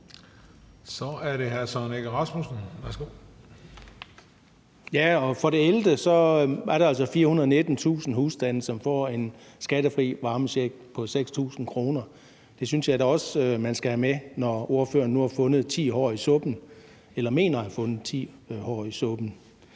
Kl. 17:57 Søren Egge Rasmussen (EL): Ja, og for det ellevte er der altså 419.000 husstande, som får en skattefri varmecheck på 6.000 kr. Det synes jeg da også at man skal have med, når ordføreren nu har fundet ti hår i suppen eller mener at have fundet ti hår i suppen.